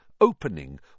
opening